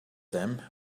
them